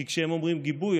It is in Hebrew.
כי כשהם אומרים גיבוי,